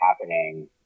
happening